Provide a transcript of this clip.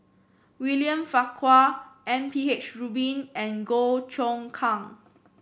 William Farquhar M P H Rubin and Goh Choon Kang